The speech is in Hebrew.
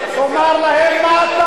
תשאל אותם מה הם אומרים עליך.